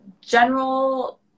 general